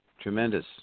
Tremendous